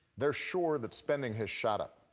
they're sure that spending has shot up.